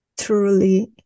truly